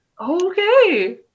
Okay